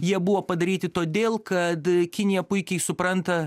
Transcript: jie buvo padaryti todėl kad kinija puikiai supranta